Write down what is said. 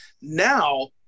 now